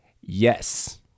Yes